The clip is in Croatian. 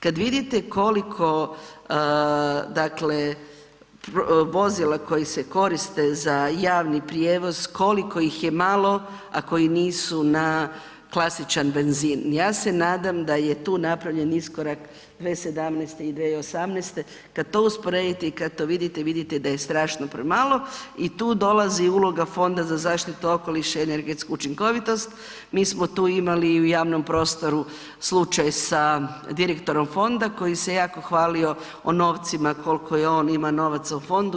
Kad vidite koliko dakle, vozila koja se koriste za javni prijevoz, koliko ih je malo, a koji nisu na klasičan benzin, ja se nadam da je tu napravljen iskorak 2017. i 2018., kad to usporedite i kad to vidite da je strašno premalo i tu dolazi uloga Fonda za zaštitu okoliša i energetsku učinkovitost, mi smo tu imali i u javnom prostoru slučaj sa direktorom fonda koji se jako hvalio o novcima koliko on ima novaca u fondu.